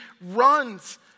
runs